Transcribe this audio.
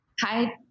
Hi